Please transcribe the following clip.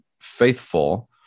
faithful